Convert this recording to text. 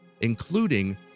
including